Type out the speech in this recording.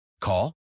Call